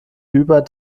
über